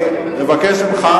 אני מבקש ממך,